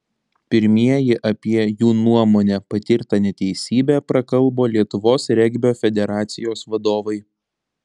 pirmieji apie jų nuomone patirtą neteisybę prakalbo lietuvos regbio federacijos vadovai